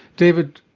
david,